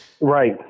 Right